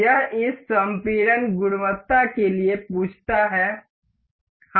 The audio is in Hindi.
यह इस संपीड़न गुणवत्ता के लिए पूछता है हम ओके करेंगे